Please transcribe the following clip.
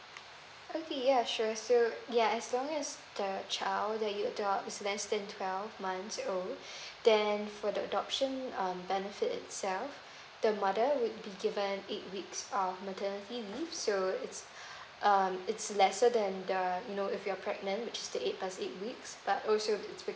okay ya sure so yeah as long as the child that you adopt is less than twelve months old then for the adoption um benefit itself the mother would be given eight weeks of maternity leave so it's um it's lesser than the you know if you're pregnant which is the eight plus eight weeks but also it's because